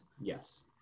yes